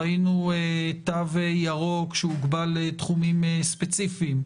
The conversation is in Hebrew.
ראינו תו ירוק שהוגבל לתחומים ספציפיים,